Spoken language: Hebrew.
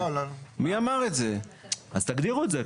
אם כן, תגדירו את זה.